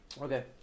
Okay